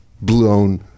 blown